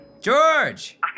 George